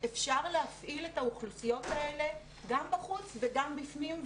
אפשר להפעיל את האוכלוסיות האלה גם בחוץ וגם בפנים,